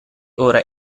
ora